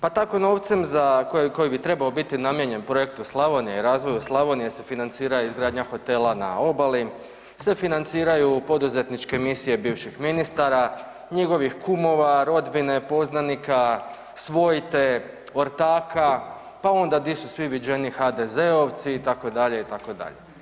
Pa tako novcem za, koji bi trebao biti namijenjen projektu Slavonija i razvoju Slavonije se financira izgradnja hotela na obali, se financiraju poduzetničke misije bivših ministara, njihovih kumova, rodbine, poznanika, svojte, ortaka, pa onda di su svi viđeniji HDZ-ovci itd., itd.